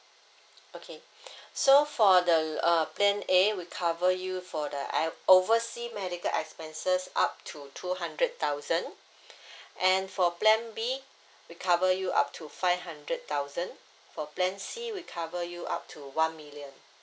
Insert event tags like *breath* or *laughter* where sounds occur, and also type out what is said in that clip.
okay *breath* so for the uh plan A we cover you for the eye oversea medical expenses up to two hundred thousand *breath* and for plan B we cover you up to five hundred thousand for plan C we cover you up to one million